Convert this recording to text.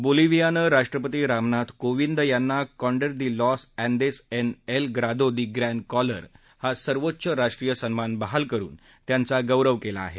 बोलिव्हियानं राष्ट्रपति रामनाथ कोविंद यांना Condor de los Andes en el grado de gran collar हा सर्वोच्च राष्ट्रीय सन्मान बहाल करून त्यांचा गौरव केला आहे